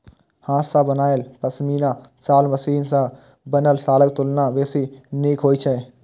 हाथ सं बनायल पश्मीना शॉल मशीन सं बनल शॉलक तुलना बेसी नीक होइ छै